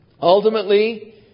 ultimately